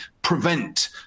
prevent